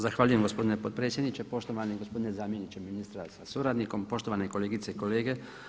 Zahvaljujem gospodine potpredsjedniče, poštovani gospodine zamjeniče ministar sa suradnikom, poštovane kolegice i kolege.